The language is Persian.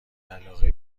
علاقه